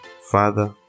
Father